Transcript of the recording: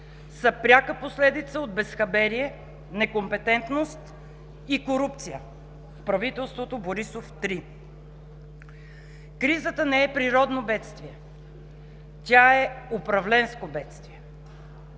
пряка последица от безхаберие, некомпетентност и корупция в правителството Борисов 3. Кризата не е природно бедствие. Тя е управленско бедствие.